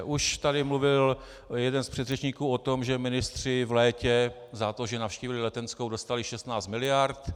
Už tady mluvil jeden z předřečníků o tom, že ministři v létě za to, že navštívili Letenskou, dostali 16 miliard.